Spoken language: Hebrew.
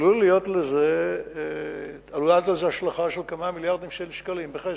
עלולה להיות לזה השלכה של כמה מיליארדים של שקלים בכסף.